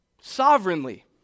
sovereignly